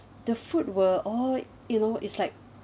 the food were all you know is like